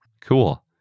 Cool